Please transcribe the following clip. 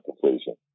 completion